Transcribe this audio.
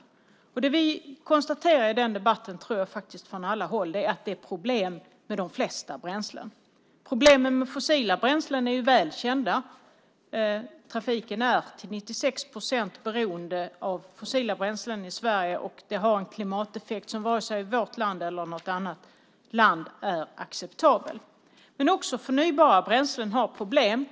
I den debatten konstaterade vi från alla håll att det är problem med de flesta bränslen. Problemen med fossila bränslen är väl kända. Trafiken är till 96 procent beroende av fossila bränslen i Sverige. Det har en klimateffekt som inte är acceptabel, vare sig i vårt land eller i något annat land. Men även förnybara bränslen har problem.